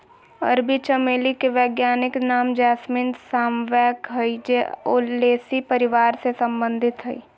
अरबी चमेली के वैज्ञानिक नाम जैस्मीनम सांबैक हइ जे ओलेसी परिवार से संबंधित हइ